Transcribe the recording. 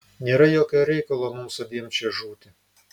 nėra jokio reikalo mums abiem čia žūti